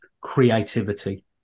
creativity